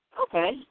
Okay